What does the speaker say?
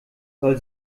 soll